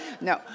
No